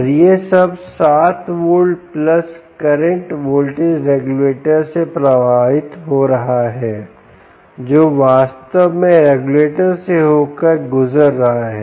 और यह सब 7 volt plus current voltage regulator से प्रवाहित हो रहा है जो वास्तव में रेगुलेटर से होकर गुजर रहा है